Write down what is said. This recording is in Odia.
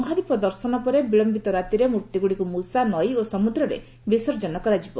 ମହାଦୀପ ଦର୍ଶନ ପରେ ବିଳମ୍ନିତ ରାତିରେ ମୂର୍ଭିଗୁଡ଼ିକୁ ମୁଷାନଇ ଓ ସମୁଦ୍ରରେ ବିସର୍ଜନ କରାଯିବ